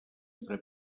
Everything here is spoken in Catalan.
entre